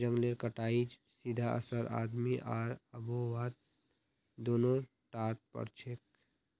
जंगलेर कटाईर सीधा असर आदमी आर आबोहवात दोनों टात पोरछेक